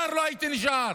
שר לא הייתי נשאר.